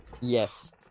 Yes